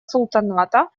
султаната